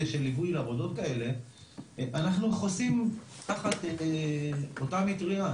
של ליווי עבודות כאלה אנחנו חוסים תחת אותה מטריה,